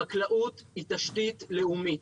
חקלאות היא תשתית לאומית.